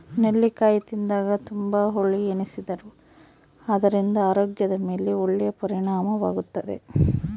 ನೆಲ್ಲಿಕಾಯಿ ತಿಂದಾಗ ತುಂಬಾ ಹುಳಿ ಎನಿಸಿದರೂ ಅದರಿಂದ ಆರೋಗ್ಯದ ಮೇಲೆ ಒಳ್ಳೆಯ ಪರಿಣಾಮವಾಗುತ್ತದೆ